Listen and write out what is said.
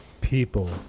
people